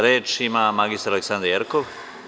Reč ima mr Aleksandra Jerkov.